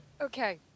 Okay